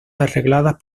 arregladas